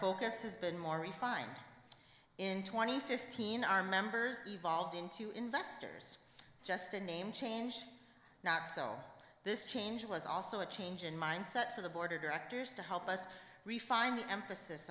focus has been more refined in twenty fifteen our members evolved into investors just to name change not sell this change was also a change in mindset for the board of directors to help us refine the emphasis